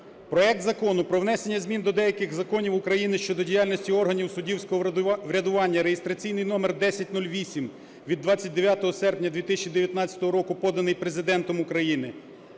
проект Закону про внесення змін до деяких законів України щодо діяльності органів суддівського врядування (реєстраційний номер 1008) від 29 серпня 2019 року, поданий Президентом України,